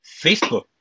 Facebook